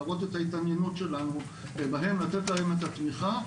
להראות את ההתעניינות שלנו בהם ולתת להם את התמיכה,